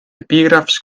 epígrafs